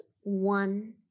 one